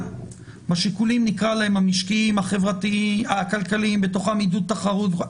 בשיקולים המשקיים הכלכליים ובהם עידוד תחרות,